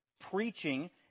preaching